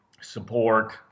support